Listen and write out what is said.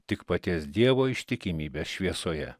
tik paties dievo ištikimybės šviesoje